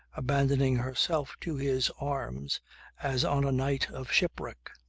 abandoning herself to his arms as on a night of shipwreck.